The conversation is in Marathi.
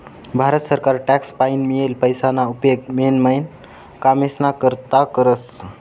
भारत सरकार टॅक्स पाईन मियेल पैसाना उपेग मेन मेन कामेस्ना करता करस